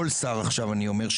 כל שר עכשיו אני אומר,